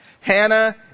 hannah